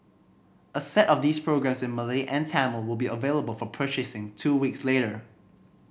a set of these programmes in Malay and Tamil will be available for purchasing two weeks later